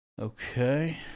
Okay